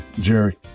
Jerry